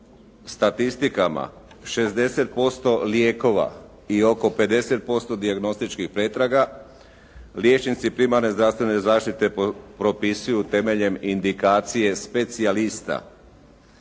statistikama 60% lijekova i oko 50% dijagnostičkih pretraga liječnici primarne zdravstvene zaštite propisuju temeljem indikacije specijalista,